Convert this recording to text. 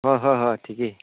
হয় হয় হয় ঠিকেই